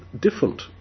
different